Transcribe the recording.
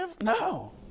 no